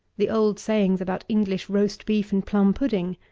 the old sayings about english roast beef and plum-pudding,